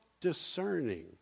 discerning